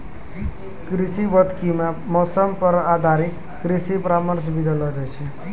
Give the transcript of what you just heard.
कृषि भौतिकी मॅ मौसम पर आधारित कृषि परामर्श भी देलो जाय छै